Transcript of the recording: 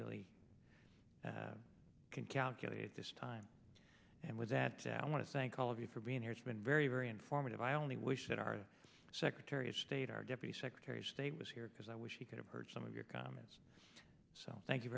really can calculate at this time and with that i want to thank all of you for being here it's been very very informative i only wish that our secretary of state our deputy secretary of state was here because i wish he could have heard some of your comments so thank you